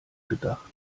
gedacht